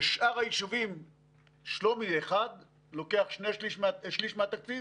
ו-21 יישובים לוקחים שני שלישים מהתקציב